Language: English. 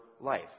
life